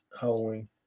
Halloween